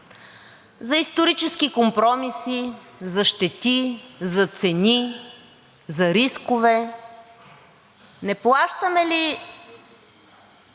за исторически компромиси, за щети, за цени, за рискове. Не плащаме ли